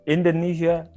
Indonesia